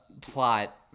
plot